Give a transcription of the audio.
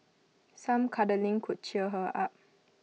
some cuddling could cheer her up